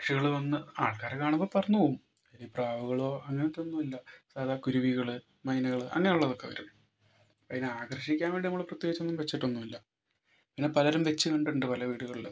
പക്ഷികൾ വന്ന് ആൾക്കാരെ കാണുമ്പോൾ പറന്നു പോകും ഈ പ്രാവുകളോ അങ്ങനത്തെയൊന്നും ഇല്ല സാധാരണ കുരുവികൾ മൈനകൾ അങ്ങനെ ഉള്ളതൊക്കെ വരും അതിനെ ആകർഷിക്കാൻ വേണ്ടി നമ്മൾ പ്രത്യേകിച്ചൊന്നും വെച്ചിട്ടൊന്നുമില്ല പിന്നെ പലരും വെച്ചു കണ്ടിട്ടുണ്ട് പല വീടുകളിലും